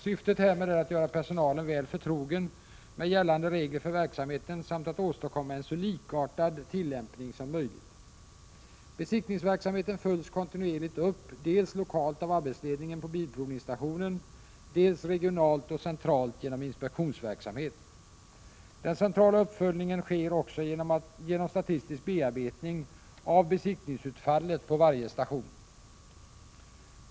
Syftet härmed är att göra personalen väl förtrogen med gällande regler för verksamheten samt att åstadkomma en så likartad tillämpning som möjligt. Besiktningsverksamheten följs kontinuerligt upp dels lokalt av arbetsledningen på bilprovningsstationen, dels regionalt och centralt genom inspektionsverksamhet. Den centrala uppföljningen sker också genom statistisk bearbetning av besiktningsutfallet på varje station.